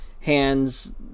hands